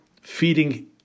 feeding